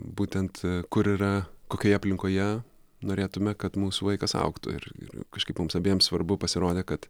būtent kur yra kokioje aplinkoje norėtume kad mūsų vaikas augtų ir ir kažkaip mums abiem svarbu pasirodė kad